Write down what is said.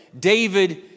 David